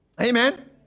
Amen